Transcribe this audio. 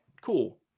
cool